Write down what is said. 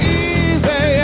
easy